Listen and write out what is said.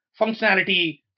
functionality